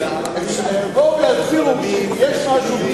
יש משהו,